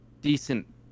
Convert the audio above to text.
decent